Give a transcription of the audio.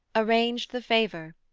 arranged the favour,